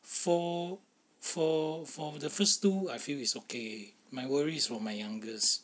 for for for the first two I feel is okay my worry is for my youngest